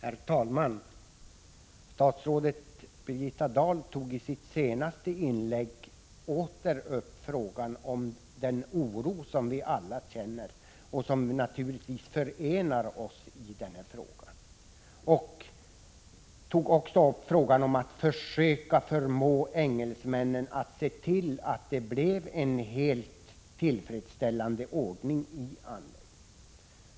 Herr talman! Statsrådet Birgitta Dahl tog i sitt senaste inlägg åter upp frågan om den oro som vi alla känner och som naturligtvis förenar oss i denna fråga. Hon tog också upp frågan om att försöka förmå engelsmännen att se till att det blir en helt tillfredsställande ordning vid handläggningen.